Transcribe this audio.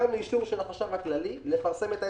קיבלנו אישור של החשב הכללי לפרסם את ההסכמים.